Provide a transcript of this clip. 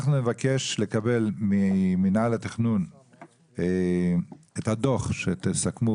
אנחנו נבקש לקבל ממנהל התכנון את הדו״ח שתסכמו,